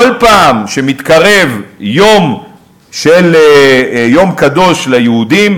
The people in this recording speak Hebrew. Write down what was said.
כל פעם שמתקרב יום קדוש ליהודים,